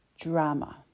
drama